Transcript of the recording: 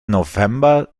november